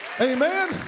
Amen